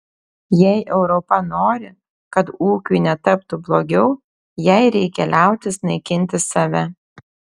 jei europa nori kad ūkiui netaptų blogiau jai reikia liautis naikinti save